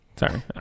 Sorry